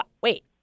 Wait